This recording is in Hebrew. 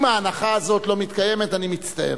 אם ההנחה הזאת לא מתקיימת, אני מצטער.